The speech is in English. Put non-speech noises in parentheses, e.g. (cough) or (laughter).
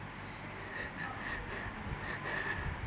(laughs)